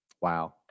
wow